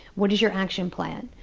what is your action plan?